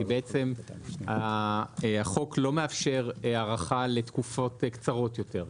כי בעצם החוק לא מאפשר הארכה לתקופות קצרות יותר.